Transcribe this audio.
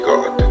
God